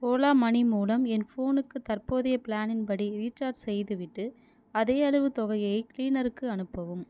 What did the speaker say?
Ola Money மூலம் என் ஃபோனுக்கு தற்போதைய ப்ளானின் படி ரீசார்ஜ் செய்துவிட்டு அதே அளவு தொகையை கிளீனருக்கு அனுப்பவும்